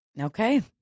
Okay